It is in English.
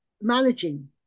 managing